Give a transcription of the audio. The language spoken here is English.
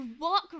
walk